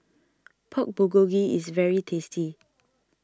Pork Bulgogi is very tasty